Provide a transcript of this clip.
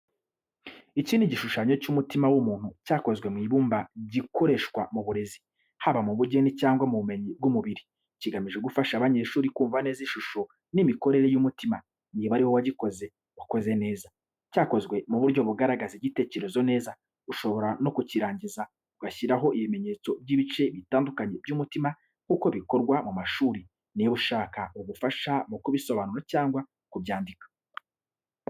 Iki ni igishushanyo cy’umutima w’umuntu cyakozwe mu ibumba, gikoreshwa mu burezi — haba mu bugeni cyangwa mu bumenyi bw’umubiri. Kigamije gufasha abanyeshuri kumva neza ishusho n’imikorere y’umutima. Niba ari wowe wagikoze, wakoze neza! Cyakozwe mu buryo bugaragaza igitekerezo neza. Ushobora no kukirangiza ugashyiraho ibimenyetso by’ibice bitandukanye by’umutima nk’uko bikorwa mu mashuri. Niba ushaka ubufasha mu kubisobanura cyangwa kubyandika .